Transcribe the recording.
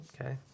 Okay